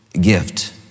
gift